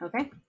Okay